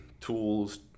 tools